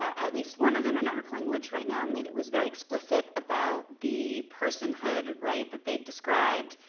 at least one of them. i'm not replying which right now made it was very explicit about the personhood right that they described,